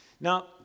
Now